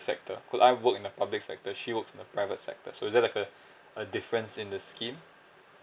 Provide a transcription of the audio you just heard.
sector could I work in a public sector she works in the private sector so that like uh a difference in the scheme